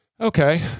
Okay